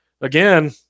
again